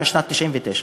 בשנת 1999,